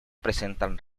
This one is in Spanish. presentan